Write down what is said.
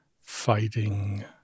fighting